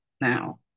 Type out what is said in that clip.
now